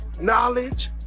knowledge